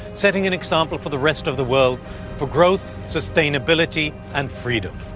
setting an example for the rest of the world for growth, sustainability and freedom.